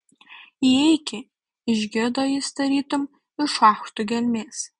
įeiki išgirdo jis tarytum iš šachtų gelmės